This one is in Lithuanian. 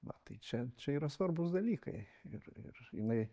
va tai čia čia yra svarbūs dalykai ir ir jinai